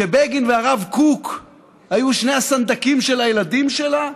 שבגין והרב קוק היו שני הסנדקים של הילדים שלה?